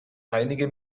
einige